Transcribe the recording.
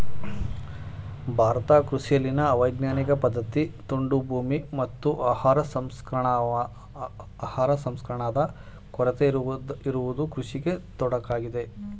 ಭಾರತ ಕೃಷಿಯಲ್ಲಿನ ಅವೈಜ್ಞಾನಿಕ ಪದ್ಧತಿ, ತುಂಡು ಭೂಮಿ, ಮತ್ತು ಆಹಾರ ಸಂಸ್ಕರಣಾದ ಕೊರತೆ ಇರುವುದು ಕೃಷಿಗೆ ತೊಡಕಾಗಿದೆ